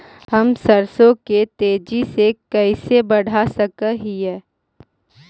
हम सरसों के तेजी से कैसे बढ़ा सक हिय?